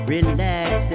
Relax